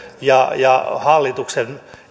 ja ja hallituksen